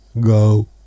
Go